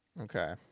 Okay